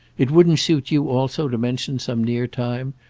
it wouldn't suit you also to mention some near time,